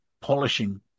polishing